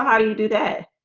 um you do that?